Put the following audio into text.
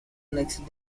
next